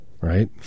right